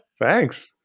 thanks